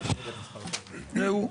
ראו,